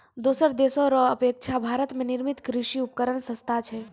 दोसर देशो रो अपेक्षा भारत मे निर्मित कृर्षि उपकरण सस्ता छै